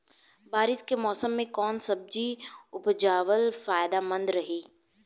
बारिश के मौषम मे कौन सब्जी उपजावल फायदेमंद रही?